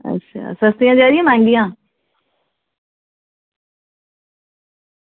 अच्छा सस्ते देआ दे मैहंगियां